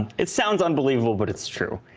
it sounds unbelievable but it's true.